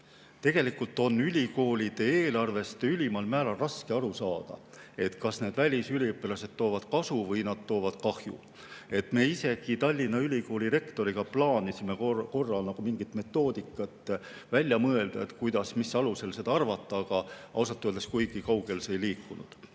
Tegelikult on ülikoolide eelarvest ülimal määral raske aru saada, kas need välisüliõpilased toovad kasu või nad toovad kahju. Me isegi Tallinna Ülikooli rektoriga plaanisime korra mingit metoodikat välja mõelda, kuidas, mis alusel seda arvutada, aga ausalt öeldes kuigi kaugele see ei liikunud.